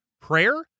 Prayer